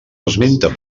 esmenta